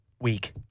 week